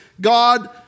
God